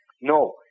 No